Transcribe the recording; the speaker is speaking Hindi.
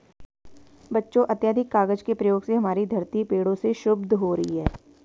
बच्चों अत्याधिक कागज के प्रयोग से हमारी धरती पेड़ों से क्षुब्ध हो रही है